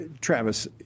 Travis